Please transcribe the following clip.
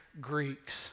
Greeks